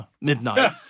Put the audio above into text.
Midnight